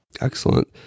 excellent